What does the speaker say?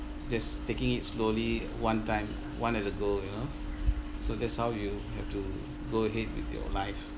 just taking it slowly one time one at a go you know so that's how you have to go ahead with your life